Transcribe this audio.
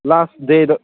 ꯂꯥꯁ ꯗꯦꯗ